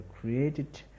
created